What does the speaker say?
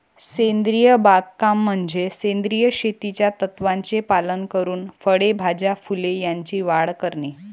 सेंद्रिय बागकाम म्हणजे सेंद्रिय शेतीच्या तत्त्वांचे पालन करून फळे, भाज्या, फुले यांची वाढ करणे